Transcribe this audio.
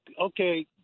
Okay